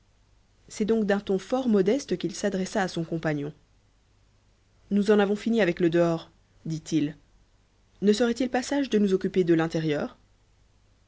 c'est donc d'un ton fort modeste qu'il s'adressa à son compagnon nous en avons fini avec le dehors dit-il ne serait-il pas sage de nous occuper de l'intérieur